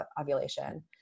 ovulation